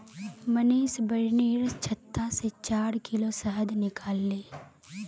मनीष बिर्निर छत्ता से चार किलो शहद निकलाले